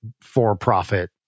for-profit